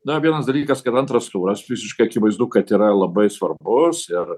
dar vienas dalykas kad antras turas visiškai akivaizdu kad yra labai svarbus ir